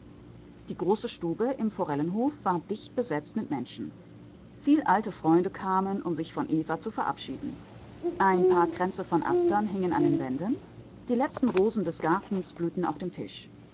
die große stube im forellenhof war dicht besetzt mit menschen viel alte freunde kamen um sich von eva zu verabschieden ein paar kränze von astern hingen an den wänden die letzten rosen des gartens blühten auf dem tisch